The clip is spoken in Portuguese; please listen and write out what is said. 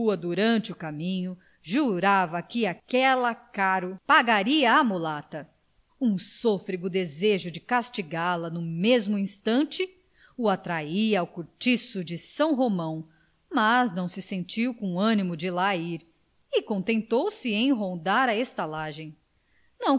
durante o caminho jurava que aquela caro pagaria a mulata um sôfrego desejo de castigá la no mesmo instante o atraía ao cortiço de são romão mas não se sentiu com animo de lá ir e contentou-se em rondar a estalagem